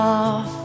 Love